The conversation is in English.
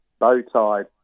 Bowtie